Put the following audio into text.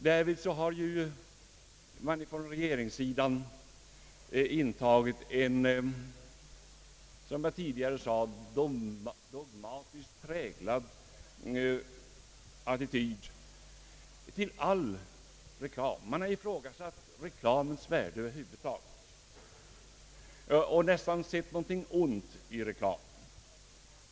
Därvid har man från regeringssidan intagit en, som jag tidigare sade, dogmatiskt präglad attityd till all reklam; man har ifrågasatt reklamens värde över huvud taget och nästan sett någonting ont i reklam.